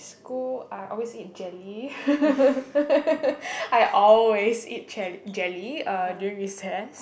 school I always eat jelly I always eat jel~ jelly uh during recess